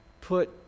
put